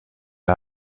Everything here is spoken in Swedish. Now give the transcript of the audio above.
det